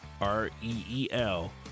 R-E-E-L